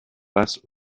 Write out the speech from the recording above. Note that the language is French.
passe